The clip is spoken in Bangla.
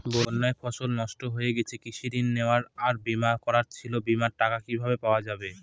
বন্যায় ফসল নষ্ট হয়ে গেছে কৃষি ঋণ নেওয়া আর বিমা করা ছিল বিমার টাকা কিভাবে পাওয়া যাবে?